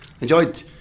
enjoyed